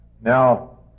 Now